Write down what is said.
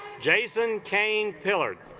jason kane pillared